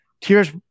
Tears